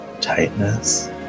tightness